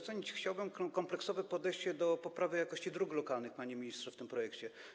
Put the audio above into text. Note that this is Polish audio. Chciałbym docenić kompleksowe podejście do kwestii poprawy jakości dróg lokalnych, panie ministrze, w tym projekcie.